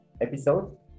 episode